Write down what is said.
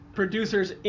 producers